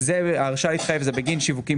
ההרשאה להתחייב היא בגין שיווקים